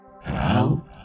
Help